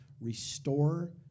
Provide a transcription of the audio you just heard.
restore